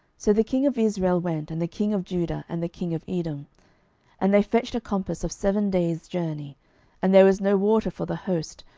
so the king of israel went, and the king of judah, and the king of edom and they fetched a compass of seven days' journey and there was no water for the host,